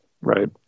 Right